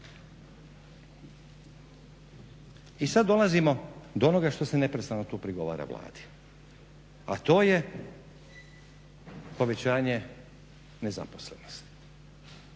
I sad dolazimo do onoga što se neprestano tu prigovara vladi, a to je povećanje nezaposlenosti.